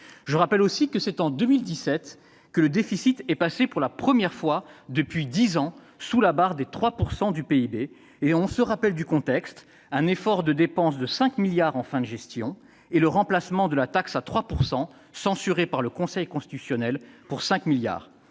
Je rappelle aussi que c'est en 2017 que le déficit est passé pour la première fois depuis dix ans sous la barre des 3 % du PIB, dans le contexte d'un effort de dépenses de 5 milliards d'euros en fin de gestion et du remplacement de la taxe à 3 % censurée par le Conseil constitutionnel pour 5 milliards